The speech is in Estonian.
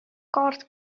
kaart